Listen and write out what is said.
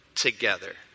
together